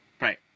Right